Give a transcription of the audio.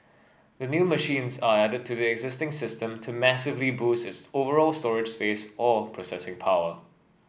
the new machines are added to the existing system to massively boost its overall storage space or processing power